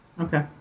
Okay